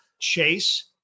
chase